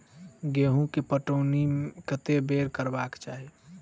गेंहूँ केँ पटौनी कत्ते बेर करबाक चाहि?